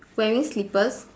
wearing slippers